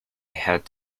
had